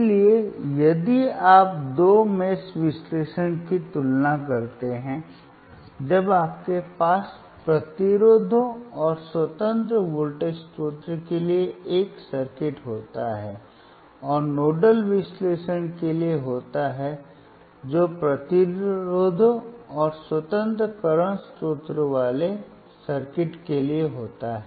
इसलिए यदि आप दो मेष विश्लेषण की तुलना करते हैं जब आपके पास प्रतिरोधों और स्वतंत्र वोल्टेज स्रोत के लिए एक सर्किट होता है और नोडल विश्लेषण के लिए होता है जो प्रतिरोधों और स्वतंत्र करंट स्रोतों वाले सर्किट के लिए होता है